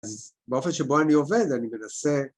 באופן שבו אני עובד אני מנסה